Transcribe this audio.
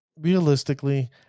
realistically